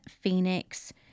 Phoenix